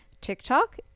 tiktok